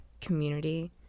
community